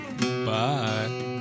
Bye